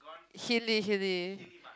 helli helli